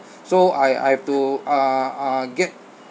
so I I have to uh uh get